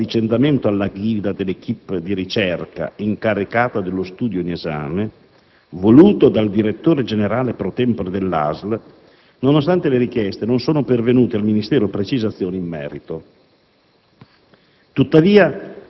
Relativamente all'avvenuto avvicendamento alla guida dell'*équipe* di ricerca incaricata dello studio in esame, voluto dal direttore generale *pro tempore* della ASL, nonostante le richieste, non sono pervenute al Ministero precisazioni in merito;